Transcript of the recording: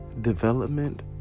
Development